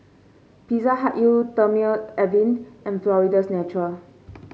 Pizza Hut Eau Thermale Avene and Florida's Natural